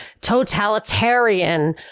totalitarian